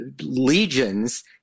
legions